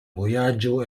vojaĝo